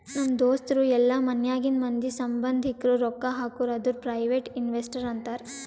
ನಮ್ ದೋಸ್ತರು ಇಲ್ಲಾ ಮನ್ಯಾಗಿಂದ್ ಮಂದಿ, ಸಂಭಂದಿಕ್ರು ರೊಕ್ಕಾ ಹಾಕುರ್ ಅಂದುರ್ ಪ್ರೈವೇಟ್ ಇನ್ವೆಸ್ಟರ್ ಅಂತಾರ್